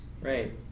Right